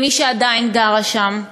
כמי שעדיין גרה שם.